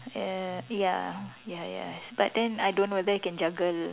ya ya ya yes but then I don't know whether can jungle